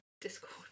Discord